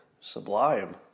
Sublime